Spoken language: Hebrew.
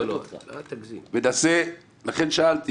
לכן שאלתי.